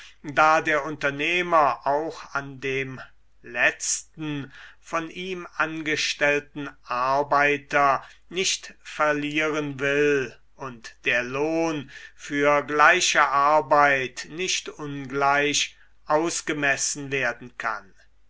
da der unternehmer auch an dem letzten von ihm angestellten arbeiter nicht verlieren will und der lohn für gleiche arbeit nicht ungleich ausgemessen werden kann